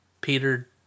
peter